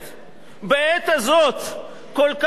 הכל-כך מורכבת למדינת ישראל,